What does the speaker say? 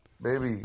Baby